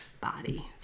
body